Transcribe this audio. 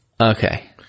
Okay